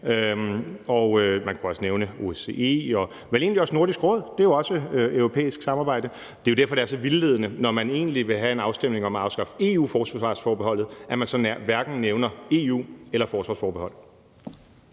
Man kunne også nævne OSCE og vel egentlig også Nordisk Råd – det er jo også europæisk samarbejde. Det er jo derfor, det er så vildledende, at man, når man egentlig vil have en afstemning om at afskaffe EU-forsvarsforbeholdet, så hverken nævner EU eller forsvarsforbeholdet.